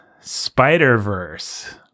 Spider-Verse